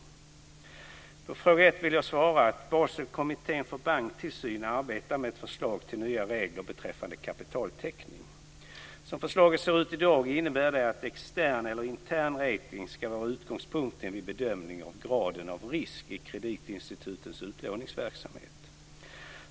På fråga 1 vill jag svara att Baselkommittén för banktillsyn arbetar med ett förslag till nya regler beträffande kapitaltäckning. Som förslaget ser ut i dag innebär det att extern eller intern rating ska vara utgångspunkten vid bedömning av graden av risk i kreditinstitutens utlåningsverksamhet.